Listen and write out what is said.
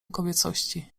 kobiecości